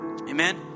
Amen